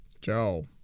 Joe